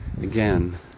again